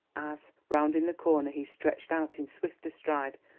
as, rounding the corner, he stretched out in swifter stride,